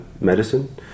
medicine